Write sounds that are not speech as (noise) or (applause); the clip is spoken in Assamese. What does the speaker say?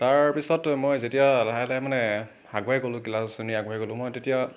তাৰপিছত মই যেতিয়া লাহে লাহে মানে আগুৱাই গলো (unintelligible) আগুৱাই গ'লোঁ মই তেতিয়া